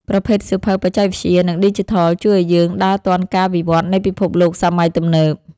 ប្រភេទសៀវភៅបច្ចេកវិទ្យា និងឌីជីថល ជួយឱ្យយើងដើរទាន់ការវិវឌ្ឍនៃពិភពលោកសម័យទំនើប។